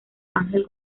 ángel